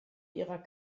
ihrer